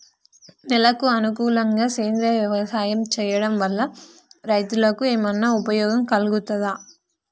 నేలకు అనుకూలంగా సేంద్రీయ వ్యవసాయం చేయడం వల్ల రైతులకు ఏమన్నా ఉపయోగం కలుగుతదా?